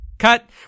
cut